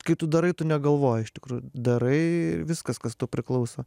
kai tu darai tu negalvoji iš tikrųjų darai ir viskas kas tau priklauso